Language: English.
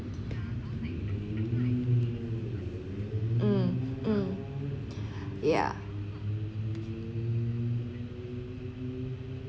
mm mm yeah